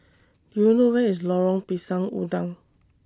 Do YOU know Where IS Lorong Pisang Udang